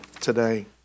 today